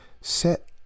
set